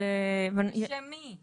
בשם מי?